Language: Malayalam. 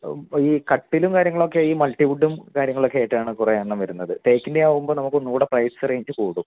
ഈ കട്ടിലും കാര്യങ്ങളൊക്കെ ഈ മൾട്ടി വുഡും കാര്യങ്ങളൊക്കെ ആയിട്ടാണ് കുറെ എണ്ണം വരുന്നത് തേക്കിൻറ്റെ ആകുമ്പോൾ നമുക്ക് ഒന്നൂടെ പൈസ റെയ്ഞ്ച് കൂടും